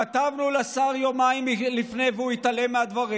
כתבנו לשר יומיים לפני והוא התעלם מהדברים.